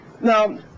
Now